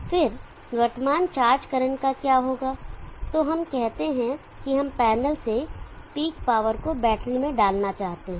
फिर वर्तमान charge current क्या होगा तो हम कहते हैं कि हम पैनल से पीक पावर को बैटरी में डालना चाहते हैं